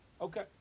Okay